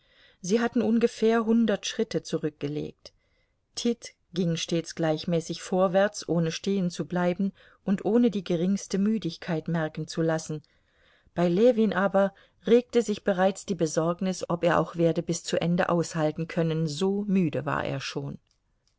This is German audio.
sie hatten ungefähr hundert schritte zurückgelegt tit ging stets gleichmäßig vorwärts ohne stehenzubleiben und ohne die geringste müdigkeit merken zu lassen bei ljewin aber regte sich bereits die besorgnis ob er auch werde bis zu ende aushalten können so müde war er schon